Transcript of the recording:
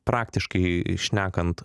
praktiškai šnekant